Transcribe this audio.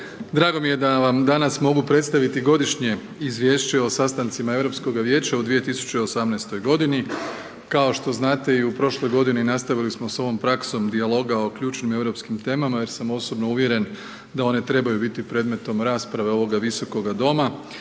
drago mi da vam danas mogu predstaviti Godišnje izvješće o sastancima Europskoga vijeća u 2018. godini. Kao što znate i u prošloj godini nastavili smo s ovom praksom dijaloga o ključnim europskim temama jer sam osobno uvjeren da one trebaju biti predmetom rasprave ovoga visoka doma